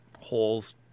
holes